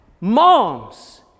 moms